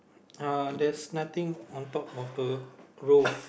uh there's nothing on top of the roof